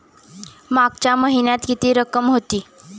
मागच्या महिन्यात किती रक्कम होती?